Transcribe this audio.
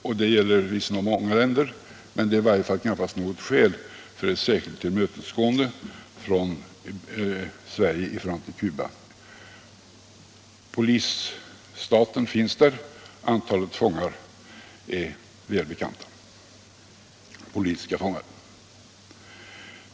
Detsamma gäller visserligen om många länder, men det är i varje fall inte något skäl för ett särskilt tillmötesgående från Sverige i förhållande till Cuba. Polisstaten finns där; antalet politiska fångar är väl bekant.